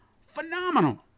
phenomenal